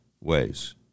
ways